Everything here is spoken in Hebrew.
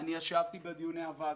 אני ישבתי בדיוני הוועדות,